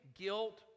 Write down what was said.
guilt